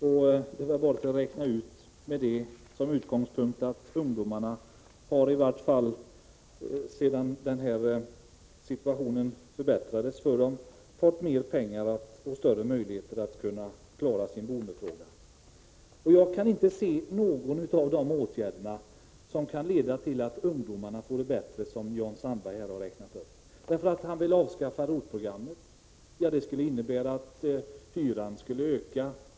Med detta som utgångspunkt kan man räkna ut att ungdomarna, i varje fall sedan den här situationen förbättrades för dem, har fått mer pengar och större möjligheter att lösa boendefrågan. Jag kan inte se att någon av de åtgärder som Jan Sandberg här räknade upp kan leda till att ungdomar får det bättre. Jan Sandberg vill avskaffa ROT-programmet. Det skulle innebära att hyran skulle öka.